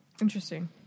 Interesting